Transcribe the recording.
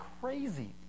crazy